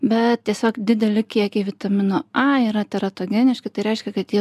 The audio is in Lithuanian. bet tiesiog dideli kiekiai vitamino a yra teratogeniški tai reiškia kad jie